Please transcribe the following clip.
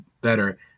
better